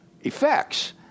effects